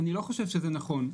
אני לא חושב שזה נכון,